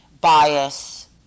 bias